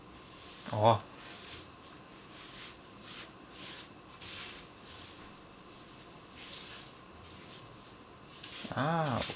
orh ah